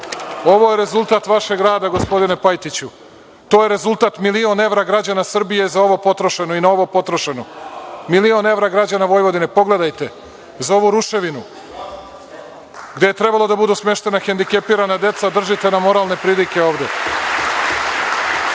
Ovo je rezultat vašeg rada, gospodine Pajtiću. To je rezultat milion evra građana Srbije za ovo potrošeno i na ovo potrošeno. Milion evra građana Vojvodine. Pogledajte za ovu ruševinu, gde su trebala da budu smeštena hendikepirana deca, a držite nam moralne pridike